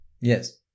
Yes